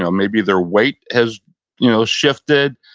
um maybe their weight has you know shifted.